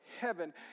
heaven